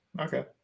Okay